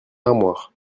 armoire